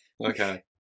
okay